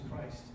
Christ